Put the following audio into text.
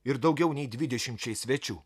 ir daugiau nei dvidešimčiai svečių